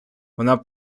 вона